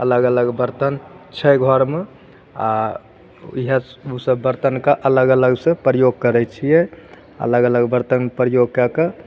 अगल अलग बर्तन छै घरमे आओर इएह उ सब बर्तनके अलगसँ प्रयोग करय छियै अलग अलग बर्तनके प्रयोग कए कऽ